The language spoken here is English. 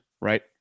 right